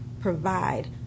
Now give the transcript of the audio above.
provide